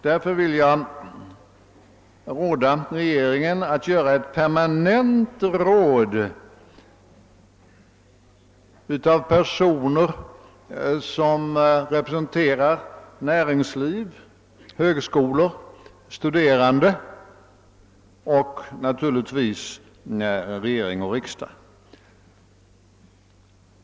Därför vill jag föreslå att regeringen inrättar ett permanent råd av personer som representerar näringsliv, högskolor, studerande och naturligtvis regering och riksdag.